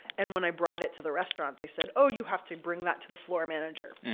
and when i brought it to the restaurant, they said, oh, you have to bring that to the floor manager.